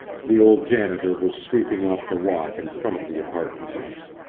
the old janitor was sweeping off the walk in front of the apartment house.